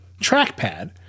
trackpad